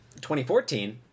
2014